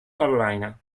carolina